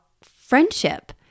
friendship